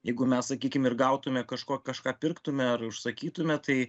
jeigu mes sakykim ir gautume kažko kažką pirktume ar užsakytume tai